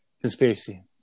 conspiracy